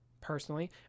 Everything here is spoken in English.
Personally